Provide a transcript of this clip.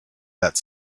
that